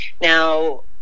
Now